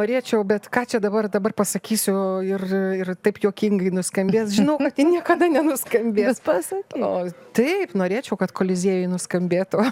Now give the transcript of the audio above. norėčiau bet ką čia dabar dabar pasakysiu ir ir taip juokingai nuskambės žinau na tai niekada nenuskambės pasaky taip norėčiau kad koliziejuj nuskambėtų